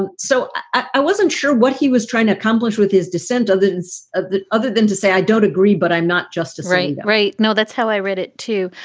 and so i wasn't sure what he was trying to accomplish with his dissent other of the other than to say, i don't agree, but i'm not justice. right right now, that's how i read it, too.